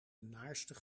naarstig